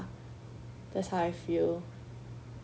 that's how I feel